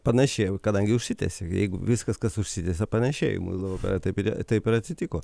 panašėja jau kadangi užsitęsė jeigu viskas kas užsitęsia panašėja į muilo operą taip ir taip ir atsitiko